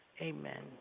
Amen